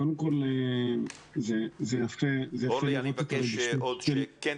קודם כל זה יפה -- אורלי אני מבקש שכן